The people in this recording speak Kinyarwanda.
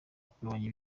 kugabanya